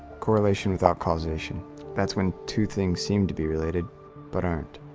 correlation without causation that's when two things seem to be related but aren't.